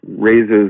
raises